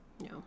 No